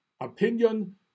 Opinion